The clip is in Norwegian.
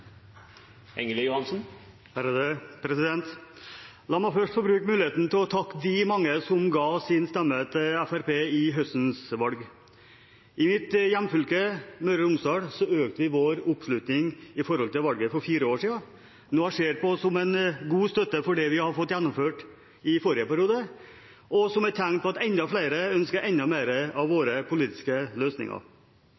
La meg først få bruke muligheten til å takke de mange som ga sin stemme til Fremskrittspartiet i høstens valg. I mitt hjemfylke, Møre og Romsdal, økte vi vår oppslutning i forhold til valget for fire år siden, noe jeg ser på som en god støtte for det vi har fått gjennomført i forrige periode, og som et tegn på at enda flere ønsker enda mer av